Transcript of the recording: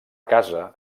casa